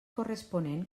corresponent